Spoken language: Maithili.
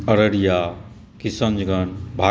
अररिया किशनगञ्ज